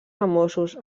famosos